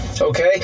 okay